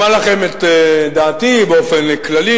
אומר לכם את דעתי באופן כללי: